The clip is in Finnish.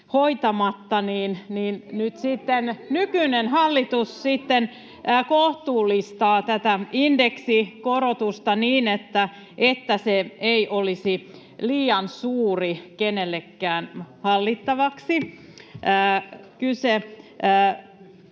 Nyt sitten nykyinen hallitus kohtuullistaa tätä indeksikorotusta niin, että se ei olisi liian suuri kenellekään hallittavaksi. Nyt